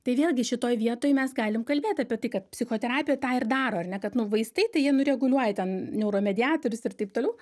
tai vėlgi šitoj vietoj mes galim kalbėt apie tai kad psichoterapija tą ir daro ar ne kad nu vaistai tai jie nureguliuoja ten neuromediatorius ir taip toliau